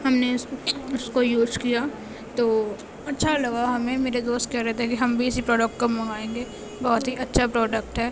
ہم نے اس اس کو یوز کیا تو اچھا لگا ہمیں میرے دوست کہہ رہے تھے کہ ہم بھی اسی پروڈکٹ کو منگوائیں گے بہت ہی اچھا پروڈکٹ ہے